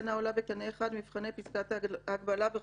אינה עולה בקנה אחד עם מבחני פסקת ההגבלה בחוק-יסוד: